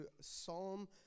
Psalm